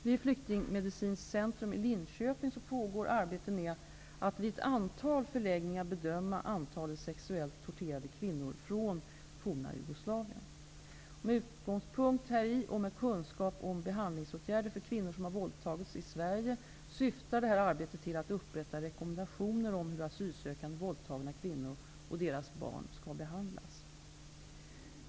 Vid Flyktingmedicinskt centrum i Linköping pågår arbete med att vid ett antal förläggningar bedöma antalet sexuellt torterade kvinnor från det forna Jugoslavien. Med utgångspunkt häri och med kunskap om behandlingsåtgärder för kvinnor som våldtagits i Sverige, syftar detta arbete till att upprätta rekommendationer om hur asylsökande våldtagna kvinnor och deras barn skall behandlas.